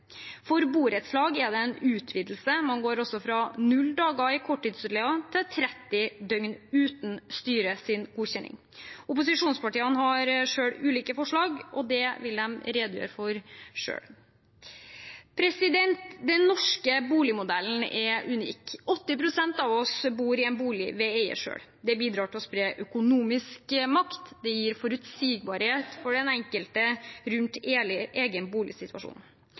For borettslag er det en utvidelse. Man går altså fra null dager i korttidsutleie til 30 døgn uten styrets godkjenning. Opposisjonspartiene har ulike forslag som de vil redegjøre for selv. Den norske boligmodellen er unik. 80 pst. av oss bor i en bolig vi eier selv. Det bidrar til å spre økonomisk makt, og det gir forutsigbarhet for den enkelte rundt egen boligsituasjon.